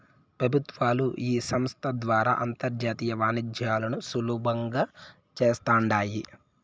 పెబుత్వాలు ఈ సంస్త ద్వారా అంతర్జాతీయ వాణిజ్యాలను సులబంగా చేస్తాండాయి